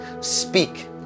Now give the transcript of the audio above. Speak